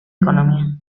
economía